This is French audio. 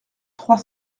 trois